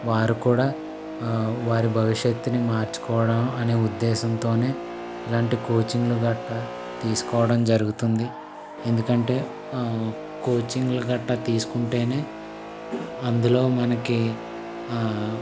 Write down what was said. వారు కూడా వారి భవిష్యత్తుని మార్చుకోవడం అనే ఉద్దేశంతోనే ఇలాంటి కోచింగ్లూ గట్టా తీసుకోవడం జరుగుతుంది ఎందుకంటే కోచింగ్లూ గట్టా తీసుకుంటే అందులో మనకి